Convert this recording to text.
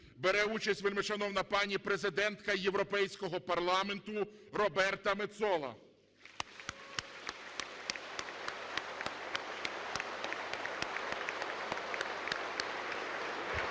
бере участь вельмишановна пані президентка Європейського парламенту Роберта Мецола.